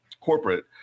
corporate